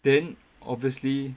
then obviously